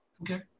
Okay